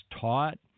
taught